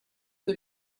que